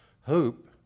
Hope